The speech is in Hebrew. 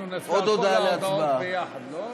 אנחנו נצביע על כל ההודעות ביחד, לא?